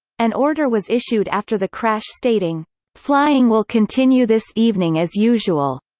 an order was issued after the crash stating flying will continue this evening as usual,